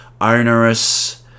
onerous